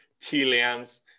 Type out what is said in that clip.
Chileans